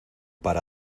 para